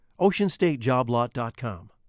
OceanStateJobLot.com